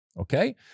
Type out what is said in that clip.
Okay